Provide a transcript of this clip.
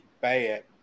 bad